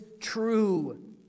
true